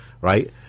right